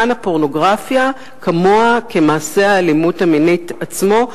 כאן הפורנוגרפיה כמוה כמעשה האלימות המינית עצמו.